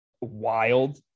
wild